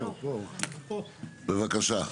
בבקשה.